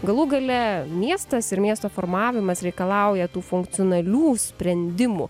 galų gale miestas ir miesto formavimas reikalauja tų funkcionalių sprendimų